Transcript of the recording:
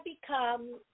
become